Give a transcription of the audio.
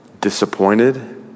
disappointed